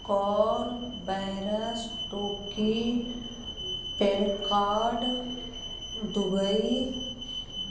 core बैरस टोकी PAN card Dubai